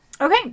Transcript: Okay